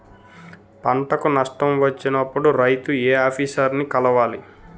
పంటకు నష్టం వచ్చినప్పుడు రైతు ఏ ఆఫీసర్ ని కలవాలి?